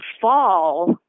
fall